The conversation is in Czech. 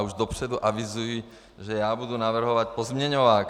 A už dopředu avizuji, že budu navrhovat pozměňovák.